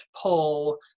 pull